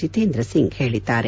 ಜಿತೇಂದ್ರ ಸಿಂಗ್ ಹೇಳಿದ್ದಾರೆ